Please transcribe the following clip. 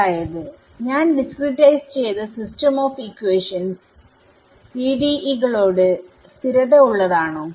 അതായത് ഞാൻ ഡിസ്ക്രിടൈസ്ചെയ്ത സിസ്റ്റം ഓഫ് ഇക്വേഷൻസ് PDE കളോട് സ്ഥിരത ഉള്ളതാണോ